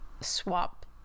swap